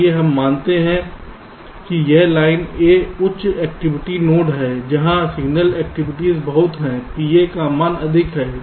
आइए हम मानते हैं कि यह लाइन A उच्च एक्टिविटी नोड है जहां सिग्नल एक्टिविटीज बहुत हैं PA का मान अधिक है